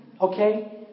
okay